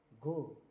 go